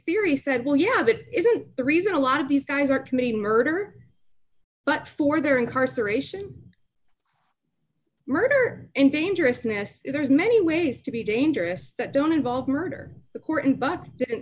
theory said well yeah that isn't the reason a lot of these guys are committing murder but for their incarceration murder and dangerousness there's many ways to be dangerous that don't involve murder the court and but didn't